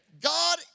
God